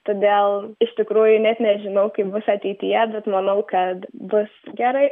todėl iš tikrųjų net nežinau kaip bus ateityje bet manau kad bus gerai